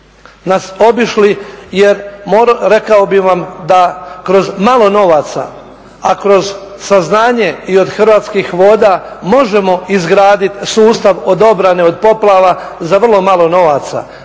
niste obišli jer rekao bih vam da kroz malo novaca, a kroz saznanje i od Hrvatskih voda možemo izgraditi sustav od obrane od poplava za vrlo malo novaca.